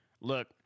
look